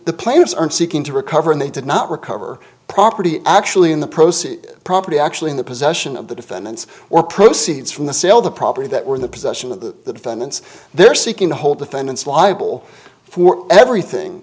plaintiffs are seeking to recover and they did not recover property actually in the proces property actually in the possession of the defendants or proceeds from the sale of the property that were in the possession of the defendants they're seeking to hold defendants liable for everything